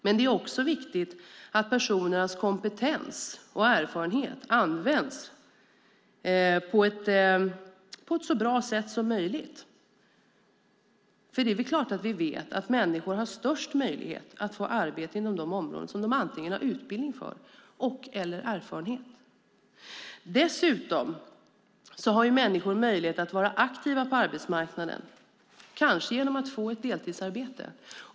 Men det är också viktigt att personernas kompetens och erfarenhet används på ett så bra sätt som möjligt, för vi vet att människor har störst möjlighet att få arbete inom de områden som de antingen har utbildning för eller erfarenhet av. Dessutom har människor möjlighet att vara aktiva på arbetsmarknaden, kanske genom att få ett deltidsarbete.